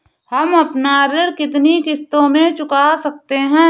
हम अपना ऋण कितनी किश्तों में चुका सकते हैं?